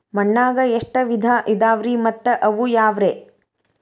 ಮಣ್ಣಾಗ ಎಷ್ಟ ವಿಧ ಇದಾವ್ರಿ ಮತ್ತ ಅವು ಯಾವ್ರೇ?